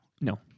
No